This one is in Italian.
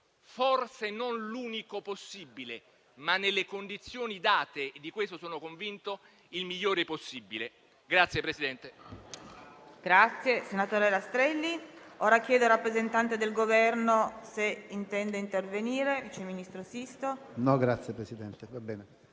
forse non l'unico possibile, ma nelle condizioni date - di questo sono convinto - il migliore possibile.